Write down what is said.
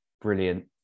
Brilliant